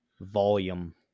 volume